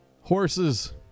horses